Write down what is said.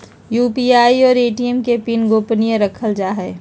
UPI और ATM के PIN गोपनीय रखल जा हइ